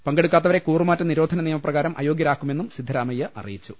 പങ്കെടുക്കാത്തവരെ കൂറുമാറ്റ നിരോധന നിയമ പ്രകാരം അയോഗ്യരാക്കുമെന്നും സിദ്ധരാമയ്യ അറിയിച്ചു